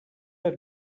have